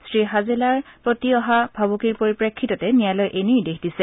শ্ৰীহাজেলাৰ প্ৰতি অহা ভাবুকিৰ পৰিপ্ৰেক্ষিততে ন্যায়ালয়ে এই নিৰ্দেশ দিছে